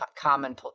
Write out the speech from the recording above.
common